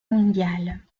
mondiale